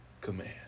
command